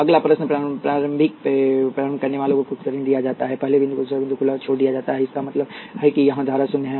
अगला प्रश्न पारस्परिक प्रारंभ करनेवाला को कुछ करंट दिया जाता है पहले बिंदु को दूसरा बिंदु खुला छोड़ दिया जाता है इसका मतलब है कि यहाँ धारा शून्य है